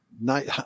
night